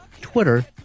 Twitter